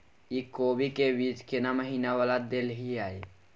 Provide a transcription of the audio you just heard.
इ कोबी के बीज केना महीना वाला देलियैई?